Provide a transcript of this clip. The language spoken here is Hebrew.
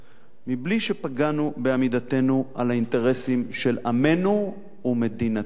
בלי שפגענו בעמידתנו על האינטרסים של עמנו ומדינתנו.